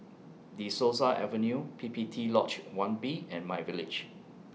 De Souza Avenue P P T Lodge one B and MyVillage